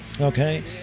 Okay